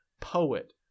poet